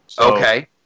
Okay